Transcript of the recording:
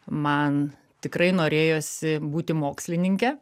man tikrai norėjosi būti mokslininke